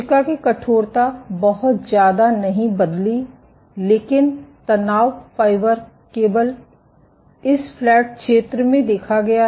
कोशिका की कठोरता बहुत ज्यादा नहीं बदली लेकिन तनाव फाइबर केवल इस फ्लैट क्षेत्र में देखा गया